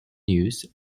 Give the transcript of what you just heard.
news